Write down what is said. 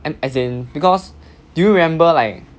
am as in because do you remember like